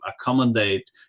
accommodate